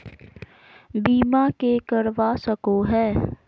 बीमा के करवा सको है?